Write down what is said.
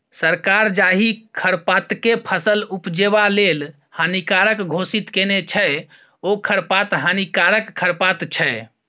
सरकार जाहि खरपातकेँ फसल उपजेबा लेल हानिकारक घोषित केने छै ओ खरपात हानिकारक खरपात छै